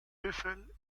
büffel